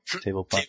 Table